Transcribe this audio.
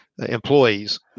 employees